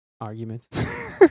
arguments